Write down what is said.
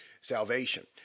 salvation